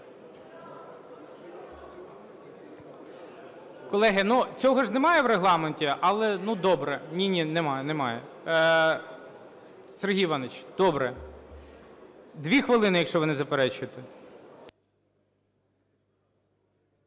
Колеги, цього ж немає в Регламенті, але, ну, добре. Ні-ні, немає, немає. Сергій Іванович, добре. Дві хвилини, якщо ви не заперечуєте.